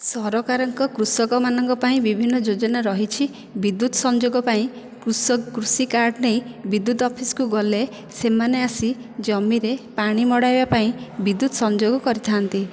ସରକାରଙ୍କ କୃଷକମାନଙ୍କ ପାଇଁ ବିଭିନ୍ନ ଯୋଜନା ରହିଛି ବିଦ୍ୟୁତ ସଂଯୋଗ ପାଇଁ କୃଷକ୍ କୃଷି କାର୍ଡ଼ ନେଇ ବିଦ୍ୟୁତ ଅଫିସକୁ ଗଲେ ସେମାନେ ଆସି ଜମିରେ ପାଣି ମଡ଼ାଇବା ପାଇଁ ବିଦ୍ୟୁତ୍ ସଂଯୋଗ କରିଥାନ୍ତି